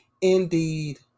Indeed